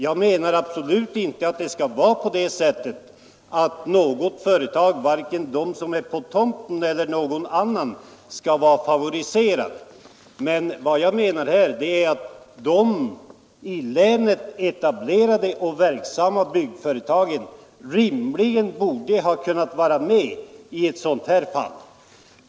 Jag menar absolut inte att något företag — vare sig dom är på platsen eller ej — skall vara favoriserade. Vad jag menar är att de i länet etablerade och verksamma byggföretagen rimligen borde ha fått vara med i ett sådant här fall.